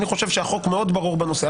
אני חושב שהחוק מאוד ברור בנושא,